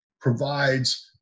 provides